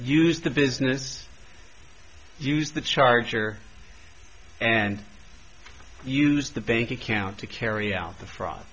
se the business use the charger and use the bank account to carry out the fr